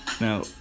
Now